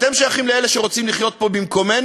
אתם שייכים לאלה שרוצים לחיות פה במקומנו,